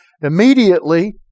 immediately